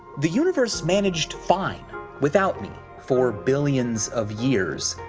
the universe managed fine without me for billions of years.